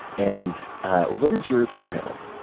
and what is your twitter handle?